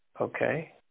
okay